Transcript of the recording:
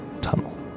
tunnel